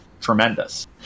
tremendous